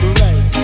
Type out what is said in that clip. right